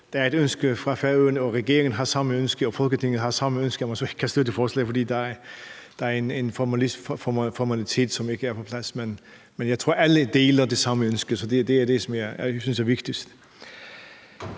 der er et ønske fra Færøerne, og når regeringen har det samme ønske og Folketinget har det samme ønske; så kan man ikke støtte forslaget, fordi der er en formalitet, som ikke er på plads. Men jeg tror, at alle deler det samme ønske, så det er det, som jeg synes er vigtigst.